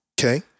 okay